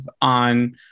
on